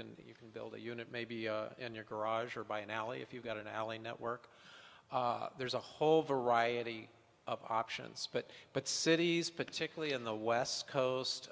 can you can build a unit maybe in your garage or by an alley if you've got an alley network there's a whole variety of options but but cities particularly in the west coast